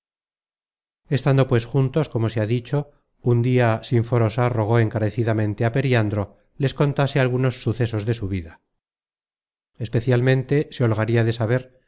estando pues juntos como se ha dicho un dia sinforosa rogó encarecidamente á periandro les contase algunos sucesos de su vida especialmente se holgaria de saber